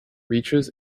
reaches